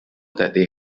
they